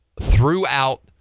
throughout